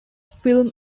film